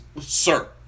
Sir